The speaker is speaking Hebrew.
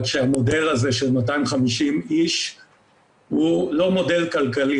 רק שהמודל הזה של 250 איש הוא לא מודל כלכלי.